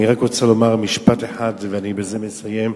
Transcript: אני רק רוצה לומר משפט אחד, ואני בזה מסיים.